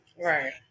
Right